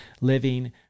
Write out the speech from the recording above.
living